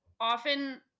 often